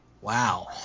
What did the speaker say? Wow